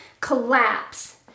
collapse